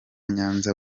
nyanza